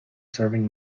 serving